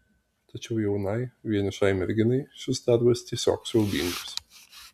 tačiau jaunai vienišai merginai šis darbas tiesiog siaubingas